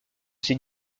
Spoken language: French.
ses